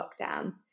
lockdowns